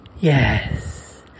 Yes